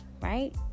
right